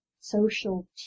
social